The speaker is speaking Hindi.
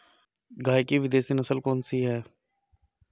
गाय की विदेशी नस्ल कौन सी है?